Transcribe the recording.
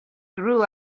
grew